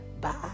Bye